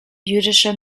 jüdische